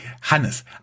Hannes